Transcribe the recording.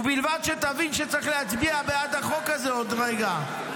ובלבד שתבין שצריך להצביע בעד החוק הזה עוד רגע.